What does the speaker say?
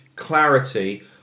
clarity